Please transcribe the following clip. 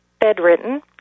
bedridden